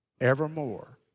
evermore